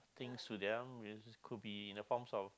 things to them could be in the forms of